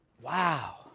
wow